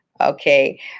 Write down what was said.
okay